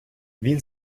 він